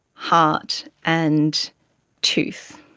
heart, and tooth,